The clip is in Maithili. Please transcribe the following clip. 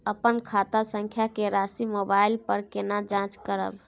अपन खाता संख्या के राशि मोबाइल पर केना जाँच करब?